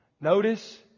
Notice